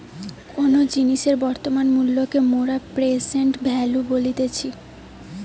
কোনো জিনিসের বর্তমান মূল্যকে মোরা প্রেসেন্ট ভ্যালু বলতেছি